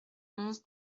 onze